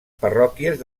parròquies